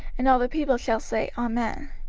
and all the people shall say, amen.